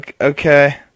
Okay